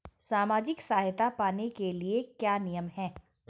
सामाजिक सहायता पाने के लिए क्या नियम हैं?